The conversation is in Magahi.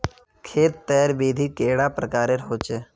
खेत तेर विधि कैडा प्रकारेर होचे?